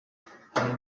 hari